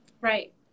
Right